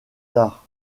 tard